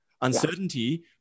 uncertainty